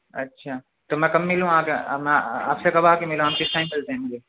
اچھا تو میں کب ملوں آ کے میں آپ سے کب آ کے ملوں آپ کس ٹائم ملتے ہیں مجھے